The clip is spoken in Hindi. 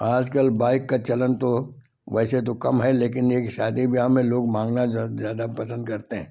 आजकल बाइक का चलन तो वैसे तो कम है लेकिन एक शादी व्याह में लोग मांगना ज्यादा पसंद करतें हैं